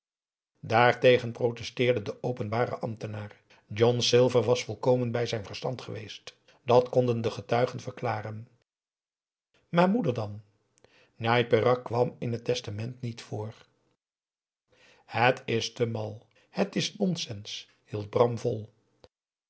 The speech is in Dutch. daartegen protesteerde de openbare ambtenaar john silver was volkomen bij z'n verstand geweest dat konden de getuigen verklaren maar moeder dan njai peraq kwam in het testament niet voor het is te mal het is nonsense hield bram vol